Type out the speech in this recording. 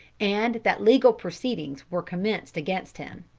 and that legal proceedings were commenced against him.